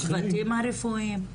כנגד הצוותים הרפואיים.